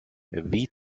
wie